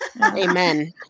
Amen